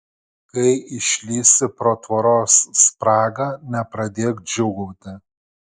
kai išlįsi pro tvoros spragą nepradėk džiūgauti